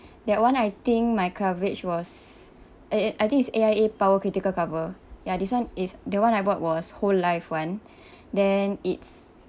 that one I think my coverage was a a I think it's A_I_A power critical cover ya this [one] is the one I bought was whole life [one] then it's